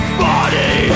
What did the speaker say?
body